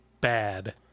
bad